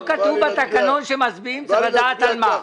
לא כתוב בתקנון שכאשר מצביעים צריך לדעת על מה.